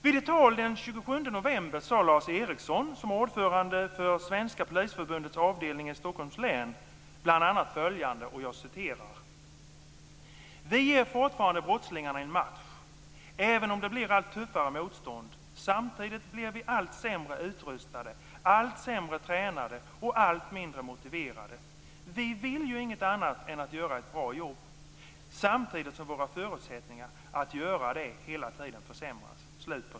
Vid ett tal den 27 november sade Lars Eriksson, ordförande för Svenska Polisförbundets avdelning i "Vi ger fortfarande brottslingarna en match, även om det blir allt tuffare motstånd, samtidigt som vi blir allt sämre utrustade, allt sämre tränade och allt mindre motiverade. Vi vill ju inget annat än att göra ett bra jobb. Samtidigt som våra förutsättningar att göra det hela tiden försämras."